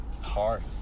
hard